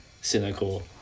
cynical